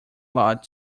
lot